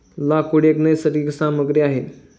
लाकूड एक नैसर्गिक सामग्री आहे